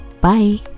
Bye